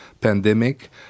pandemic